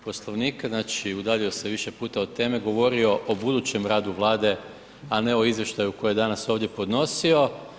Poslovnika, udaljio se više puta od teme, govorio o budućem radu Vlade, a ne o izvještaju koje je danas ovdje podnosio.